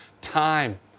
time